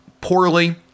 poorly